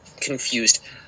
confused